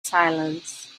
silence